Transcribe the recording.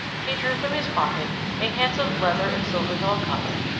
he drew from his pocket a handsome leather and silver dog-collar,